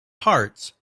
hearts